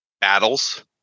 battles